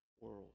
world